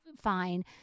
fine